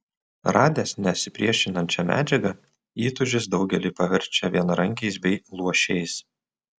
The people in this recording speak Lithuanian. radęs nesipriešinančią medžiagą įtūžis daugelį paverčia vienarankiais bei luošiais